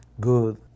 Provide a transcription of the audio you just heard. good